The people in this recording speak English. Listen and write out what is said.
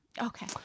Okay